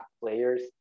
players